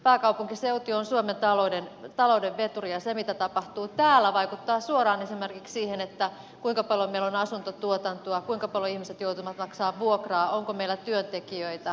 pääkaupunkiseutu on suomen talouden veturi ja se mitä tapahtuu täällä vaikuttaa suoraan esimerkiksi siihen kuinka paljon meillä on asuntotuotantoa kuinka paljon ihmiset joutuvat maksamaan vuokraa ja onko meillä työntekijöitä pääkaupunkiseudulla